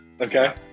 Okay